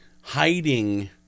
hiding